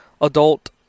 adult